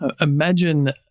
Imagine